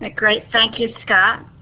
ah great, thank you, scott.